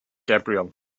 gabriel